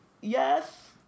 Yes